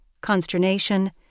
consternation